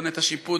בונה את השיפוד,